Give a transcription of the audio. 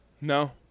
No